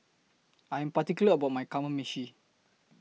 I Am particular about My Kamameshi